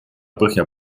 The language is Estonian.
põhja